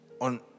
on